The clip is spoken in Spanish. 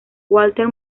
walter